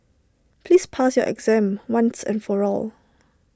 please pass your exam once and for all